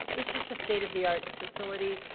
it's just state of the art facility.